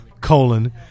colon